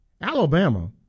Alabama